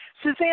Suzanne